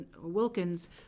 Wilkins